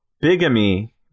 bigamy